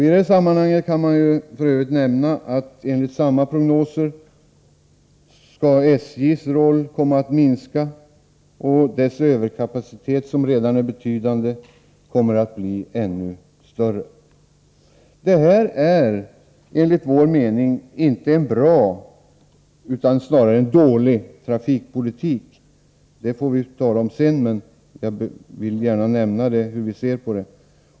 I det sammanhanget kan f. ö. nämnas att enligt samma prognoser skall SJ:s andel av transportarbetet komma att minska, och dess överkapacitet, som redan i dag är betydande, kommer att bli ännu större. Det är enligt vår mening inte en bra utan snarare en dålig trafikpolitik. Vi får tala mer om detta sedan, men jag vill gärna nämna hur vi ser på det hela.